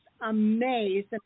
amazed